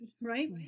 right